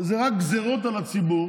זה רק גזרות על הציבור.